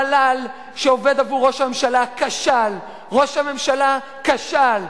המל"ל שעובד עבור ראש הממשלה כשל, ראש הממשלה כשל.